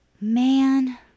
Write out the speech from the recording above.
man